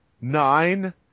nine